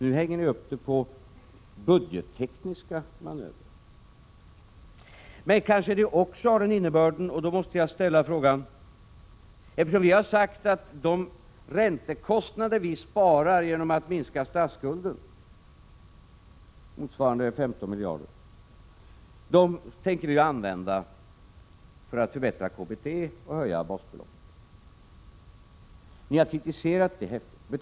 Nu hänger ni upp det på budgettekniska manövrar. Vi har sagt att de räntekostnader vi sparar genom att minska statsskulden med 15 miljarder tänker vi använda för att förbättra KBT och höja 63 basbeloppet. Ni har häftigt kritiserat oss för detta.